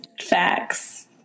facts